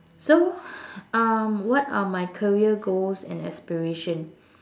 so um what are my career goals and aspiration